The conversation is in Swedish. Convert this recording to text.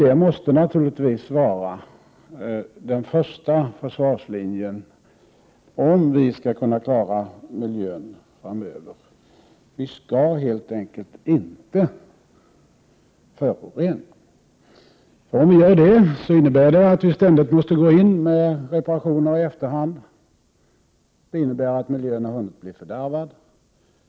Det måste naturligtvis vara den första försvarslinjen, om vi skall kunna klara miljön framöver: Vi skall helt enkelt inte förorena. Om vi gör det, innebär det att vi ständigt måste gå in med reparationer i efterhand. Det innebär att miljön har hunnit bli fördärvad.